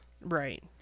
Right